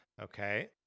Okay